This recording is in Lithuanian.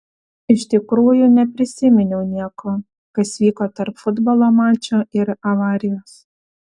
iš tikrųjų neprisiminiau nieko kas vyko tarp futbolo mačo ir avarijos